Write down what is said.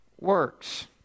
works